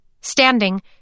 Standing